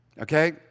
okay